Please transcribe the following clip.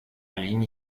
ligne